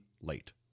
late